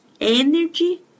Energy